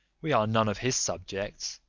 we are none of his subjects,